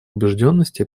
убежденности